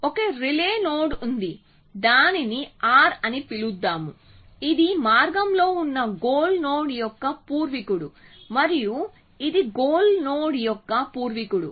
ఒక relay node ఉంది దానిని r అని పిలుద్దాం ఇది మార్గంలో ఉన్న గోల్ నోడ్ యొక్క పూర్వీకుడు మరియు ఇది గోల్ నోడ్ యొక్క పూర్వీకుడు